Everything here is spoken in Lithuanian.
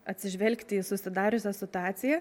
atsižvelgti į susidariusią situaciją